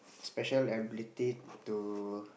special ability to